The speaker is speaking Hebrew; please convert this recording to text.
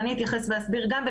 ואני אתייחס ואסביר גם,